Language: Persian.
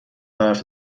برف